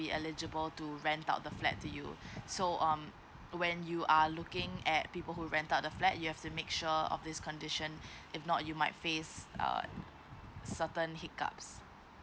eligible to rent out the flight to you so um when you are looking at people who rented out the flat you have to make sure of this condition if not you might face err certain hiccups